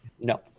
No